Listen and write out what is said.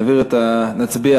נצביע